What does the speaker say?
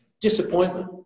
Disappointment